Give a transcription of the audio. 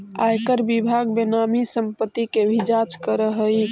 आयकर विभाग बेनामी संपत्ति के भी जांच करऽ हई